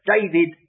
David